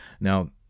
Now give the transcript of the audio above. Now